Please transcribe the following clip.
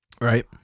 Right